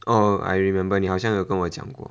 oh I remember 你好像有跟我讲过